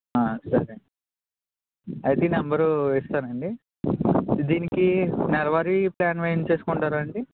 సరే అండి అయితే ఈ నంబరు ఇస్తారా అండి దీనికి నెలవారీ ప్లాన్ వేయించుకుంటారా అండి